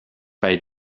bei